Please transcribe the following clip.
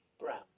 brown